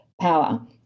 power